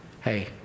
hey